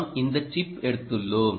நாம் இந்த சிப் எடுத்துள்ளோம்